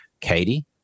Katie